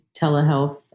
telehealth